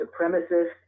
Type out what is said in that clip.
supremacist